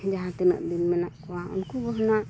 ᱡᱟᱦᱟᱸ ᱛᱤᱱᱟᱹᱜ ᱫᱤᱱ ᱢᱮᱱᱟᱜ ᱠᱚᱣᱟ ᱩᱱᱠᱩ ᱜᱮ ᱦᱩᱱᱟᱹᱜ